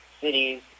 cities